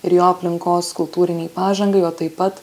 ir jo aplinkos kultūrinei pažangai o taip pat